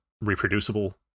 reproducible